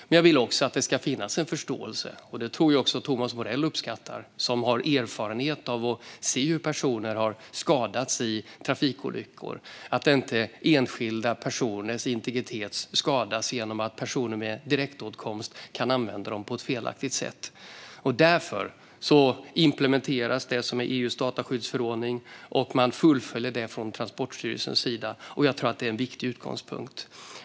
Men jag vill att det ska finnas förståelse för - och det tror jag att Thomas Morell uppskattar, som har erfarenhet av att se hur personer skadats i trafikolyckor - att enskildas integritet inte ska skadas genom att personer med direktåtkomst kan använda uppgifterna på ett felaktigt sätt. Därför implementeras EU:s dataskyddsförordning, och man fullföljer detta från Transportstyrelsens sida. Jag tror att det är en viktig utgångspunkt.